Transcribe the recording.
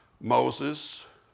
Moses